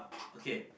okay